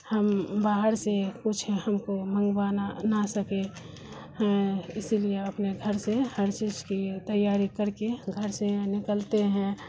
ہم باہر سے کچھ ہم کو منگوانا نہ سکے اسی لیے اپنے گھر سے ہر چیز کی تیاری کر کے گھر سے نکلتے ہیں